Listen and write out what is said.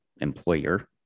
employer